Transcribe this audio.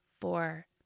four